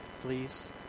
please